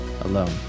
alone